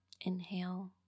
Inhale